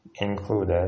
included